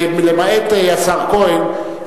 למעט השר כהן,